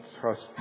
trust